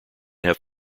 have